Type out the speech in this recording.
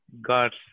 God's